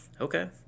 okay